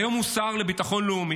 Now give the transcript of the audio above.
והיום הוא שר לביטחון לאומי.